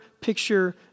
picture